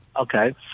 Okay